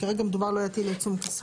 כי כרגע מדובר לא יטיל עיצום כספי.